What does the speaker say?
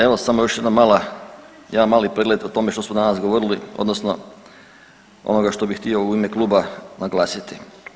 Evo samo još jedna mala, jedan mali pregled o tome što smo danas govorili odnosno onoga što bih htio u ime kluba naglasiti.